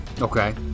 Okay